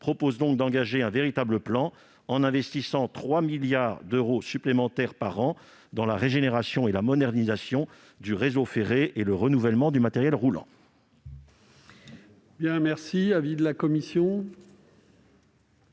vise donc à engager un véritable plan, en investissant 3 milliards d'euros supplémentaires par an dans la régénération et la modernisation du réseau ferré et le renouvellement du matériel roulant.